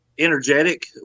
energetic